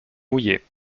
mouillé